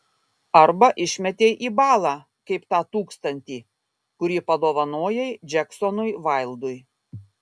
arba išmetei į balą kaip tą tūkstantį kurį padovanojai džeksonui vaildui